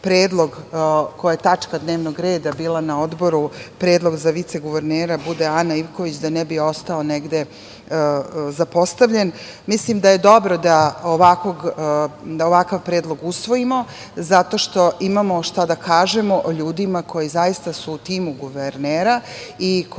koji je tačka dnevnog reda bila na odboru, predlog da za viceguvernera bude Ana Ivković, da ne bi ostao negde zapostavljen. Mislim da je dobro *da ovakav predlog usvojimo zato što imamo šta da kažemo o ljudima koji su zaista u timu guvernera i koji